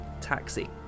taxi